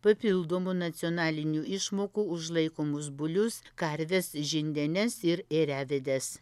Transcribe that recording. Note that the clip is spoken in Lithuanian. papildomų nacionalinių išmokų už laikomus bulius karves žindenes ir ėriavedes